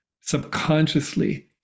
subconsciously